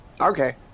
Okay